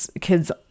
kids